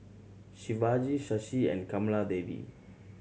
Shivaji Shashi and Kamaladevi